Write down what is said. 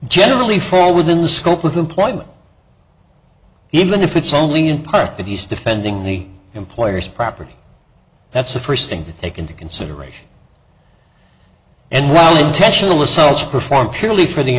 generally fall within the scope of employment even if it's only in part that he's defending the employer's property that's the first thing to take into consideration and while intentional assails performed purely for the